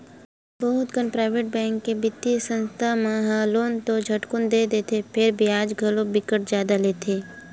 बहुत कन private bank के बित्तीय संस्था मन ह लोन तो झटकुन दे देथे फेर बियाज घलो बिकट जादा लेथे